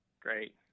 great